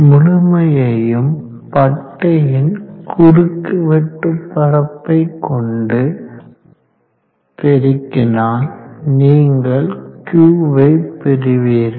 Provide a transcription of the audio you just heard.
முழுமையையும் பட்டையின் குறுக்குவெட்டு பரப்பை கொண்டு பெருக்கினால் நீங்கள் Q வை பெறுவீர்கள்